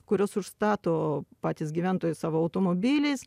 kuriuos užstato patys gyventojai savo automobiliais